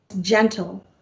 gentle